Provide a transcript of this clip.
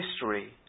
history